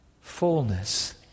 fullness